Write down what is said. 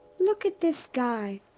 look at this guy.